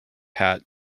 hat